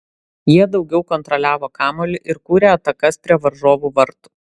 jie daugiau kontroliavo kamuolį ir kūrė atakas prie varžovų vartų